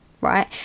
right